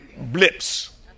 blips